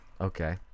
okay